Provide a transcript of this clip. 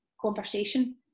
conversation